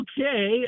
Okay